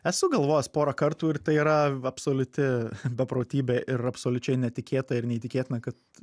esu galvojęs porą kartų ir tai yra absoliuti beprotybė ir absoliučiai netikėta ir neįtikėtina kad